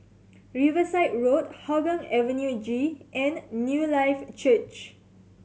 Riverside Road Hougang Avenue G and Newlife Church